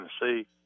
Tennessee